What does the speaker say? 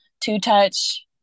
two-touch